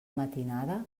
matinada